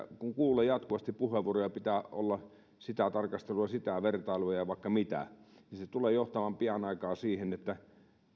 kun kuulee jatkuvasti puheenvuoroja että pitää olla sitä tarkastelua sitä vertailua ja vaikka mitä tulee johtamaan pian aikaa siihen että